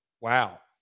Wow